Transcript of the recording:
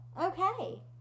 Okay